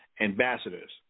ambassadors